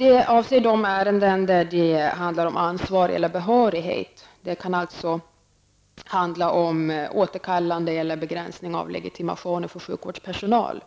Det avser de ärenden där det handlar om ansvar eller behörighet. Det kan alltså handla om återkallande eller begränsning av legitimation för sjukvårdspersonal.